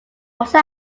also